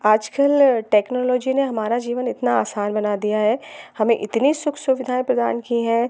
आजकल टेक्नोलॉजी ने हमारा जीवन इतना आसान बना दिया है हमें इतने सुख सुविधाएँ प्रदान की है